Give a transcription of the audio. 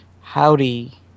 Howdy